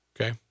Okay